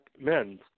men